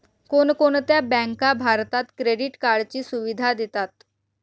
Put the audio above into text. कोणकोणत्या बँका भारतात क्रेडिट कार्डची सुविधा देतात?